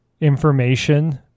information